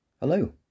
Hello